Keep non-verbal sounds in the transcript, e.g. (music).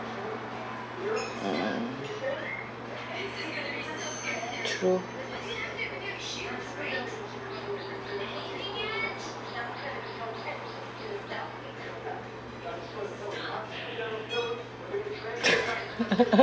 (noise) true (laughs)